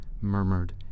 murmured